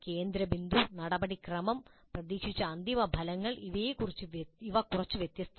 കേന്ദ്രബിന്ദു നടപടിക്രമം പ്രതീക്ഷിച്ച അന്തിമ ഫലങ്ങൾ ഇവ കുറച്ച് വ്യത്യസ്തമാണ്